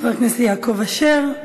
חבר הכנסת יעקב אשר,